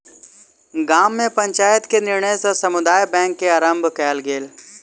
गाम में पंचायत के निर्णय सॅ समुदाय बैंक के आरम्भ कयल गेल